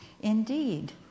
Indeed